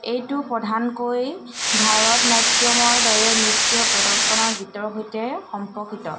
এইটো প্ৰধানকৈ ভাৰতনাট্যমৰ দৰে নৃত্য প্ৰদৰ্শনৰ গীতৰ সৈতে সম্পৰ্কিত